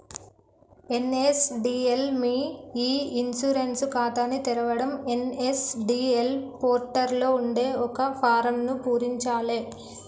NSDL మీ e insurance ఖాతాని తెరవడం ఎన్.ఎస్.డి.ఎల్ పోర్టల్ లో ఉండే ఒక ఫారమ్ను పూరించాలే